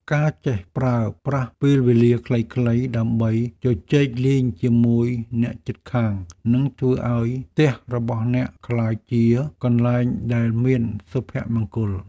ការចេះប្រើប្រាស់ពេលវេលាខ្លីៗដើម្បីជជែកលេងជាមួយអ្នកជិតខាងនឹងធ្វើឱ្យផ្ទះរបស់អ្នកក្លាយជាកន្លែងដែលមានសុភមង្គល។